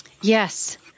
Yes